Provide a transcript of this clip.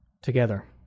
together